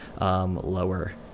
lower